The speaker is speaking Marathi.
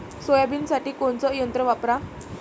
सोयाबीनसाठी कोनचं यंत्र वापरा?